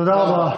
תודה רבה.